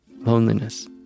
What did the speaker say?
loneliness